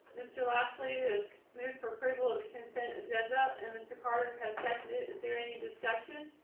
mr. lashley is moved for approval of the consent agenda and mr. carson has seconded is there any discussion?